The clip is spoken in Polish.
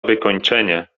wykończenie